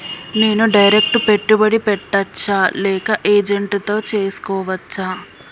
నేను డైరెక్ట్ పెట్టుబడి పెట్టచ్చా లేక ఏజెంట్ తో చేస్కోవచ్చా?